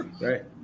Right